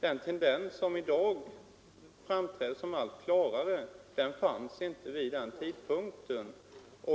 Den tendens som i dag framträder som allt klarare fanns inte vid den tidpunkten.